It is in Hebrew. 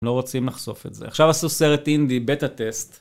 לא רוצים לחשוף את זה. עכשיו עשו סרט אינדי, בטא טסט.